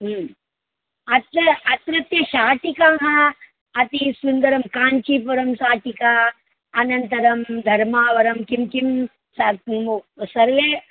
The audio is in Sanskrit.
अत्र अत्रत्य शाटिकाः अति सुन्दरं काञ्चीपुरं शाटिका अनन्तरं धर्मावरं किं किं सा सर्वै